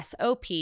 sop